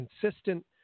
consistent